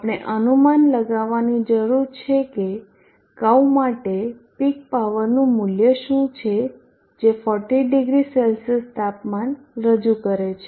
આપણે અનુમાન લગાવવાની જરૂર છે કે કર્વ માટે પીક પાવરનું મૂલ્ય શું છે જે 400 C તાપમાન રજૂ કરે છે